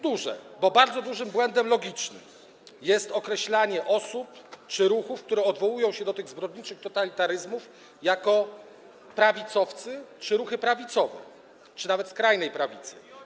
Duże, bo bardzo dużym błędem logicznym jest określanie osób czy ruchów, które odwołują się do tych zbrodniczych totalitaryzmów, jako prawicowców czy ruchów prawicowych, czy nawet skrajnej prawicy.